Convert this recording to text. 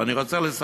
ואני רוצה לסיים.